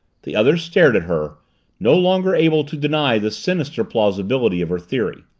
the others stared at her no longer able to deny the sinister plausibility of her theory.